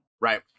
Right